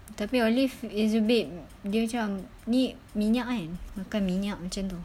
tapi olive it's a bit dia macam ni minyak kan makan minyak macam tu